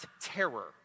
terror